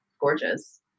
gorgeous